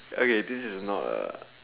okay this not a